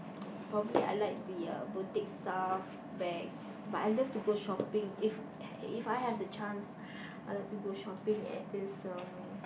probably I like to ya boutique stuff bags but I love to go shopping if if I have the chance I'd like to go shopping at this um